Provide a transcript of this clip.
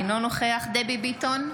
אינו נוכח דבי ביטון,